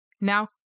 Now